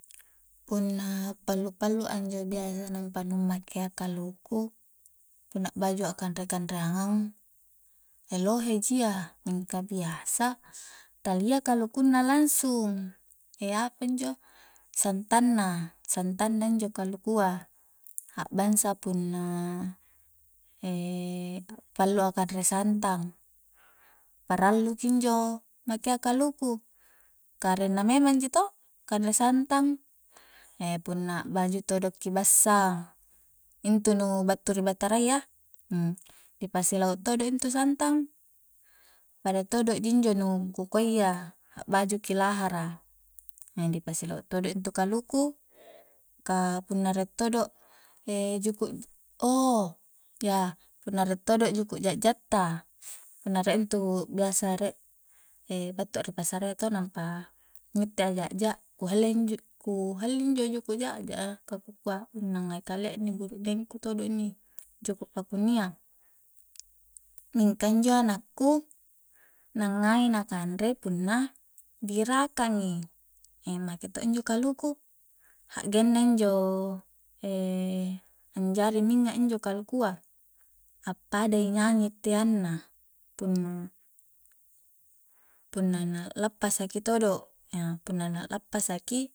Punna pallu-pallu a injo biasa nampa nu makea kaluku punna a'baju a kanre-kanreangang lohe ji iya mingka talia kalukunna langsung apanjo santang na-santang na injo kalukua abangsa punna pallu a kanre santang parallu ki injo makea kaluku ka arenna memang ji to kanre santang, punna a'baju todo'ki bassang intu nu battu ri batara iya dipasilau todo intu santang pada todo ji injo nu ku kua iya a'baju ki lahara dipasi lau' todo intu kaluku ka punna rie todo juku' oo ya punna rie todo juku' ja'ja ta punna rie intu biasa rie battu a ri pasarayya to nampa ngitte a ja'ja ku halliang injo ku halli injo juku' ja'ja a ka ku kua nu na ngai kalia inni burukneng ku todo inni juku' pakunia mingka injo anakku na ngai na kanre punna di rakangi make to injo kaluku hakgenna injo anjari minnya injo kalukua appada nyanyi itteang na, punna-punna na lappasa ki todo iya punna na lappasa ki